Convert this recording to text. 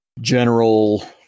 general